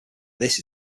this